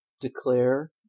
declare